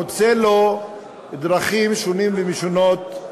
מוצא לו דרכים שונות ומשונות,